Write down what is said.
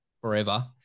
forever